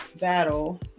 battle